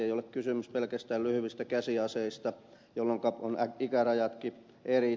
ei ole kysymys pelkästään lyhyistä käsiaseista jolloinka on eri ikärajatkin